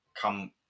come